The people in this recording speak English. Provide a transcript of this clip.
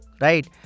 Right